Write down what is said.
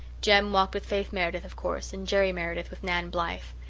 jem walked with faith meredith, of course, and jerry meredith with nan blythe.